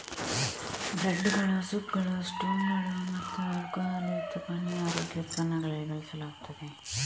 ಬ್ರೆಡ್ದುಗಳು, ಸೂಪ್ಗಳು, ಸ್ಟ್ಯೂಗಳು ಮತ್ತು ಆಲ್ಕೊಹಾಲ್ ಯುಕ್ತ ಪಾನೀಯ ಆರೋಗ್ಯ ಉತ್ಪನ್ನಗಳಲ್ಲಿ ಬಳಸಲಾಗುತ್ತದೆ